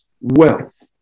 wealth